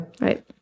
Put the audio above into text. Right